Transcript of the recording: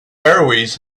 airways